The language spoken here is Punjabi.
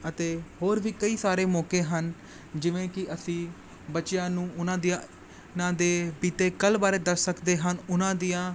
ਅਤੇ ਹੋਰ ਵੀ ਕਈ ਸਾਰੇ ਮੌਕੇ ਹਨ ਜਿਵੇਂ ਕਿ ਅਸੀਂ ਬੱਚਿਆਂ ਨੂੰ ਉਹਨਾਂ ਦੀਆਂ ਉਹਨਾਂ ਦੇ ਬੀਤੇ ਕੱਲ੍ਹ ਬਾਰੇ ਦੱਸ ਸਕਦੇ ਹਨ ਉਹਨਾਂ ਦੀਆਂ